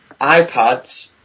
iPads